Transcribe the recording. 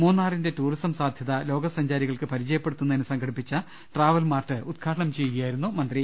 മൂന്നാറിന്റെ tourism സാധ്യത ലോക സഞ്ചാരികൾക്ക് പരി ചയപ്പെടുത്തുന്നതിന് സംഘടിപ്പിച്ച ട്രാവൽ മാർട്ട് ഉദ്ഘാടനം ചെയ്യുകയായിരുന്നു മന്ത്രി